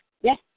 Yes